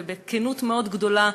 ובכנות מאוד גדולה,